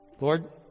Lord